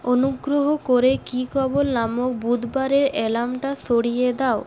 অনুগ্রহ করে কিকবল নামক বুধবারের অ্যালার্মটা সরিয়ে দাও